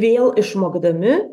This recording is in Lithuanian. vėl išmokdami